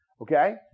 okay